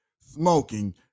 smoking